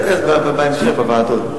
אפשר לדון בזה בהמשך, בוועדות.